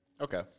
Okay